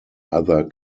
other